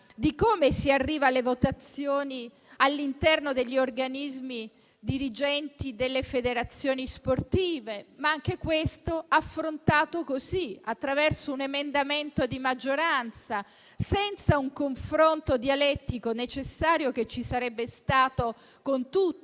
di come si arriva alle votazioni all'interno degli organismi dirigenti delle federazioni sportive. Ma anche questo tema è affrontato così, attraverso un emendamento di maggioranza, senza un confronto dialettico necessario, che ci sarebbe stato, con tutti